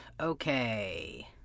Okay